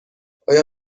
آیا